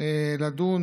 לדון